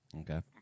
Okay